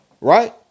Right